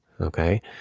okay